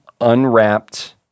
unwrapped